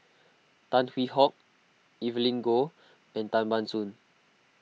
Tan Hwee Hock Evelyn Goh and Tan Ban Soon